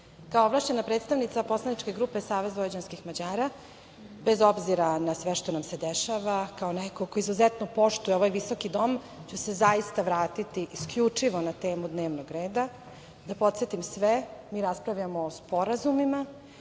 ovlašćena predstavnica poslaničke grupe Savez vojvođanskih Mađara, bez obzira na sve što nam se dešava, kao neko ko izuzetno poštuje ovaj visoki dom, ja ću se zaista vratiti isključivo na temu dnevnog reda. Da podsetim sve, mi raspravljamo o sporazumima.